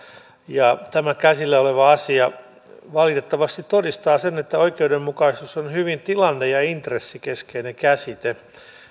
ja tämä käsillä oleva asia valitettavasti todistaa sen että oikeudenmukaisuus on hyvin tilanne ja ja intressikeskeinen käsite